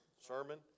sermon